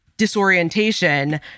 disorientation